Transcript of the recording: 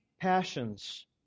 passions